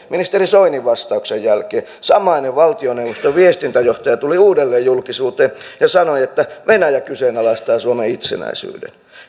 ministeri soinin vastauksen jälkeen samainen valtioneuvoston viestintäjohtaja tuli uudelleen julkisuuteen ja sanoi että venäjä kyseenalaistaa suomen itsenäisyyden